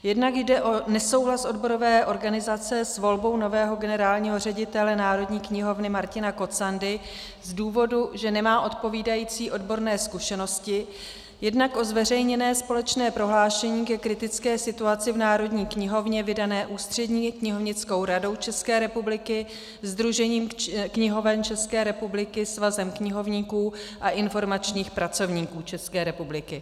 Jednak jde o nesouhlas odborové organizace s volbou nového generálního ředitele Národní knihovny Martina Kocandy z důvodu, že nemá odpovídající odborné zkušenosti, jednak o zveřejněné společné prohlášení ke kritické situaci v Národní knihovně vydané Ústřední knihovnickou radou České republiky, Sdružením knihoven České republiky, Svazem knihovníků a informačních pracovníků České republiky.